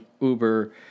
Uber